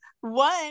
one